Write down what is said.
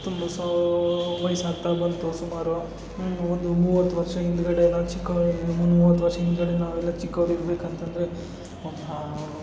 ತುಂಬ ಸ ವಯಸ್ಸಾಗ್ತಾ ಬಂತು ಸುಮಾರು ಒಂದು ಮೂವತ್ತು ವರ್ಷ ಹಿಂದುಗಡೆ ನಾನು ಚಿಕ್ಕವ್ನಿ ಮೂವತ್ತು ವರ್ಷ ಹಿಂದುಗಡೆ ನಾವೆಲ್ಲ ಚಿಕ್ಕವರಿರ್ಬೇಕಂತಂದರೆ